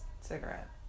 cigarette